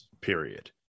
Period